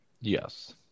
Yes